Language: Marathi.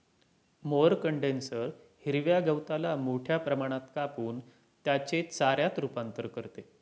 मोअर कंडेन्सर हिरव्या गवताला मोठ्या प्रमाणात कापून त्याचे चाऱ्यात रूपांतर करते